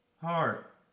Heart